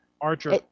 archer